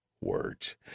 words